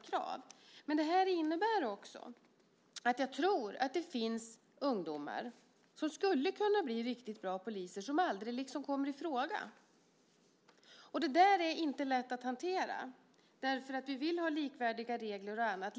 Jag tror dock att det finns ytterligare ungdomar som skulle kunna bli riktigt bra poliser, men de kommer aldrig i fråga. Frågan är inte lätt att hantera eftersom vi vill ha likvärdiga regler och annat.